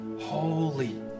holy